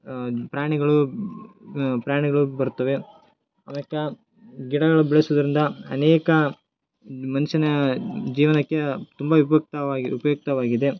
ಪ್ರಾಣಿಗಳು ಪ್ರಾಣಿಗಳು ಬರುತ್ತವೆ ಅದಕ್ಕೆ ಗಿಡಗಳು ಬೆಳೆಸುವುದರಿಂದ ಅನೇಕ ಮನುಷ್ಯನ ಜೀವನಕ್ಕೆ ತುಂಬಾ ಉಪಯುಕ್ತವಾಗಿ ಉಪಯುಕ್ತವಾಗಿದೆ